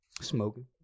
Smoking